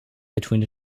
between